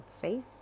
faith